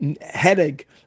headache